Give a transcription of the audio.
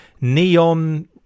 Neon